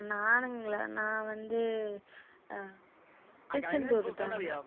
நானுங்களா நான் வந்து திருச்செந்தூர்தாங்க